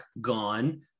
gone